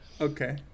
Okay